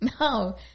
No